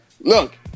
look